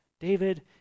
David